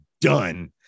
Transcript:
done